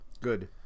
Good